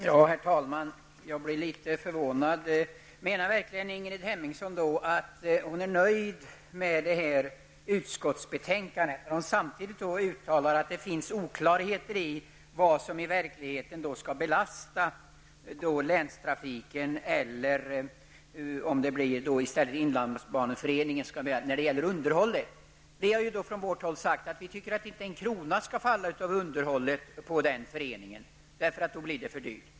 Herr talman! Jag blev litet förvånad. Menar verkligen Ingrid Hemmingsson att hon är nöjd med det här utskottsbetänkandet, när hon samtidigt uttalar att det finns oklarheter om vad som i verkligheten skall belasta länstrafiken eller inlandsbaneföreningen när det gäller underhållet? Vi har från vårt håll sagt att vi tycker att inte en krona av underhållet skall belasta den föreningen -- för då blir det för dyrt.